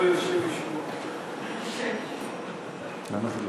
ההצעה